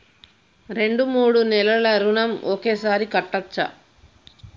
రెండు మూడు నెలల ఋణం ఒకేసారి కట్టచ్చా?